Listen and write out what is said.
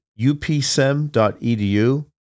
upsem.edu